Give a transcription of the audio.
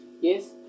Yes